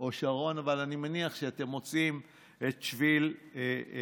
או שרון, אבל אני מניח שאתם מוצאים את שביל הזהב.